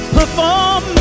Perform